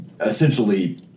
essentially